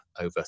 over